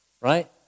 right